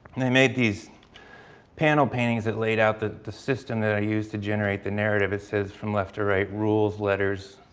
and i made these panel paintings that laid out the the system that i used to generate the narrative. it says from left to right, rules letters,